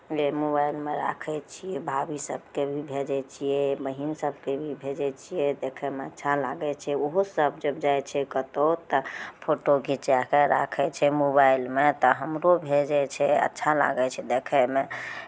जे मोबाइलमे राखै छियै भाभी सभकेँ भी भेजै छियै बहीन सभकेँ भी भेजै छियै देखैमे अच्छा लागै छै ओहोसभ जे जाइ छै कतहु तऽ फोटो घिचाए कऽ राखै छै मोबाइलमे तऽ हमरो भेजै छै अच्छा लागै छै देखयमे